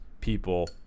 people